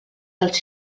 dels